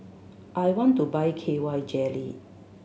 I want to buy K Y Jelly